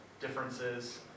differences